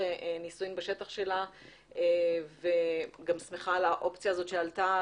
נישואים בשטח שלה וגם שמחה על האופציה הזאת שעלתה,